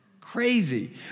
Crazy